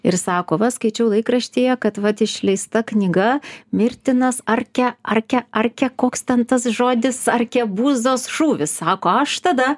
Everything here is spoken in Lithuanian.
ir sako va skaičiau laikraštyje kad vat išleista knyga mirtinas arke arke arke koks ten tas žodis arkebuzos šūvis sako aš tada